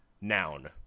Noun